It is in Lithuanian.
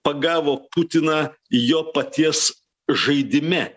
pagavo putiną jo paties žaidime